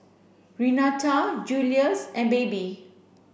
Renata Julius and Baby